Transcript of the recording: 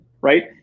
right